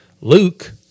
Luke